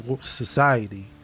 society